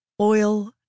Oil